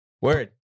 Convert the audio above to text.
Word